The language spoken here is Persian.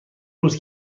روز